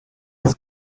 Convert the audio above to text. ask